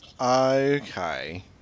Okay